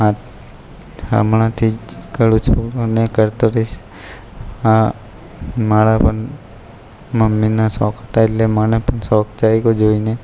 આ હમણાં થી જ કરું છું ને કરતો રહીશ આ મારા પણ મમ્મીના શોખ હતા એટલે મને પણ શોખ જાગ્યો જોઈને